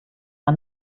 war